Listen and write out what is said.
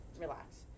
relax